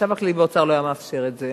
החשב הכללי באוצר לא היה מאפשר את זה.